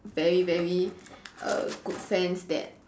very very err good friends that